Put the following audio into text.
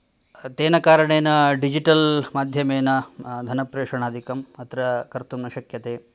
तेन कारणेन डिजिटल् माध्यमेन धनप्रेषणादिकम् अत्र कर्तुम् न शक्यते